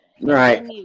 Right